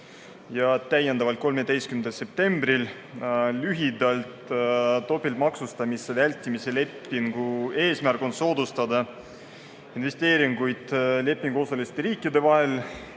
ja täiendavalt 13. septembril. Lühidalt, topeltmaksustamise vältimise lepingu eesmärk on soodustada investeeringuid lepinguosaliste riikide vahel.